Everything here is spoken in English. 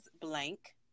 blank